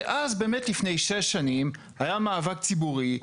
שבאמת לפני 6 שנים היה מאבק ציבורי,